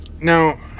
Now